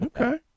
Okay